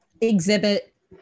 exhibit